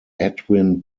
edwin